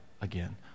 again